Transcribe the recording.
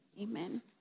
Amen